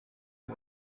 uyu